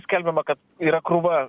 skelbiama kad yra krūva